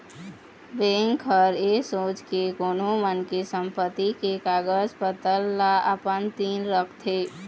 bank ह ऐ सोच के कोनो मनखे के संपत्ति के कागज पतर ल अपन तीर रखथे